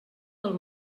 del